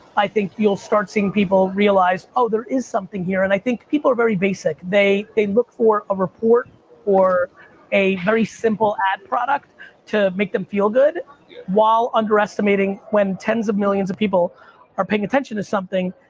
i think you'll start seeing people realize, oh, there is something here. and i think people are very basic. they they look for a report or a very simple ad product to make them feel good while underestimating, when tens of millions of people are paying attention to something,